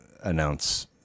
Announce